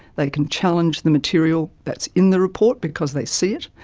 they can challenge the material that's in the report because they see it.